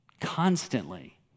constantly